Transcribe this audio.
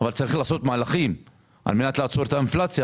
אבל צריך לעשות מהלכים במשרד האוצר על מנת לעצור את האינפלציה.